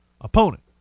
opponent